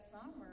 summer